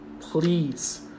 please